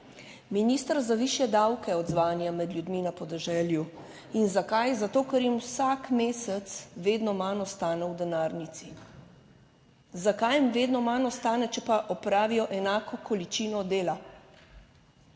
minister za višje davke, odzvanja med ljudmi na podeželju. In zakaj? Zato, ker jim vsak mesec vedno manj ostane v denarnici. Zakaj jim vedno manj ostane, če pa opravijo enako količino dela?